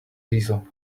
diesel